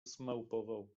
zmałpował